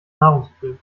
nahrungsmittel